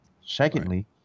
Secondly